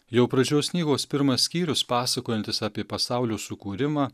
jau pradžios knygos pirmas skyrius pasakojantis apie pasaulio sukūrimą